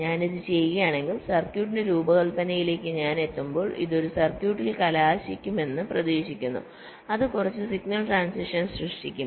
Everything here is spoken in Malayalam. ഞാൻ ഇത് ചെയ്യുകയാണെങ്കിൽ സർക്യൂട്ടിന്റെ രൂപകല്പനയിലേക്ക് ഞാൻ എത്തുമ്പോൾ അത് ഒരു സർക്യൂട്ടിൽ കലാശിക്കുമെന്ന് പ്രതീക്ഷിക്കുന്നു അത് കുറച്ച് സിഗ്നൽ ട്രാന്സിഷൻസ് സൃഷ്ടിക്കും